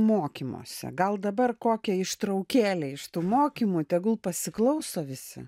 mokymuose gal dabar kokią ištraukėlę iš tų mokymų tegul pasiklauso visi